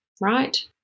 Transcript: right